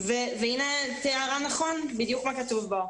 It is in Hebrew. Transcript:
ואינה תיארה נכון בדיוק מה כתוב בו.